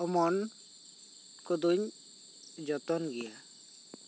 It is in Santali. ᱚᱢᱚᱱ ᱠᱚᱫᱚᱧ ᱡᱚᱛᱚᱱ ᱜᱮᱭᱟ